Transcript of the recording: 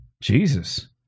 Jesus